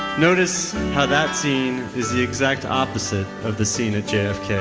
notice how that scene is the exact opposite of the scene at jfk.